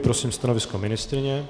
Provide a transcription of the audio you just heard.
Prosím stanovisko ministryně.